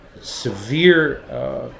severe